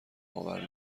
آور